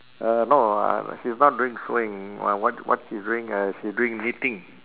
uh no ah she's not doing sewing uh what what she's doing uh she's doing knitting